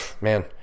man